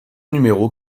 numéro